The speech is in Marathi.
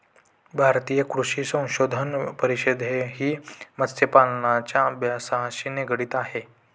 भारतीय कृषी संशोधन परिषदही मत्स्यपालनाच्या अभ्यासाशी निगडित आहे